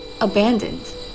abandoned